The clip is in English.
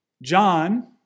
John